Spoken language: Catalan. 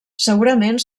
segurament